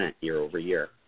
year-over-year